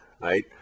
right